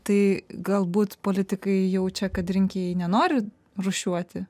tai galbūt politikai jaučia kad rinkėjai nenori rūšiuoti